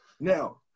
now